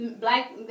Black